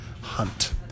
Hunt